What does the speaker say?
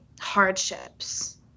hardships